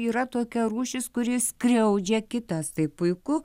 yra tokia rūšis kuri skriaudžia kitas tai puiku